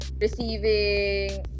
receiving